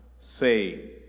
say